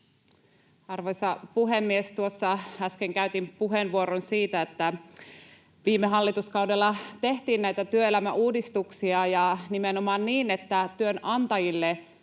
Arvoisa puhemies! Äsken käytin puheenvuoron siitä, että viime hallituskaudella tehtiin näitä työelämäuudistuksia ja nimenomaan niin, että työnantajille